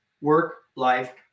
work-life